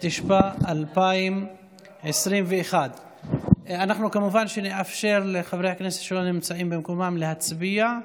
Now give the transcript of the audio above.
התשפ"א 2021. אנחנו כמובן נאפשר לחברי הכנסת שלא נמצאים במקומם להצביע.